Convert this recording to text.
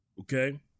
Okay